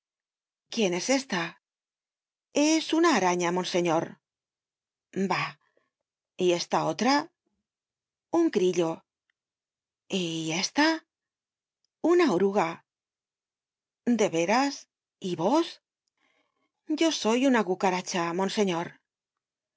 quién es esta es una araña monseñor bah y esta otra un grillo y esta una oruga de veras y vos yo soy una cucaracha monseñor